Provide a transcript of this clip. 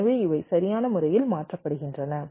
எனவே இவை சரியான முறையில் மாற்றப்படுகின்றன